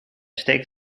steekt